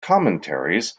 commentaries